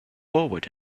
forward